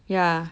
ya